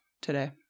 today